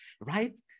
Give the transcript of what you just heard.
right